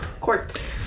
Quartz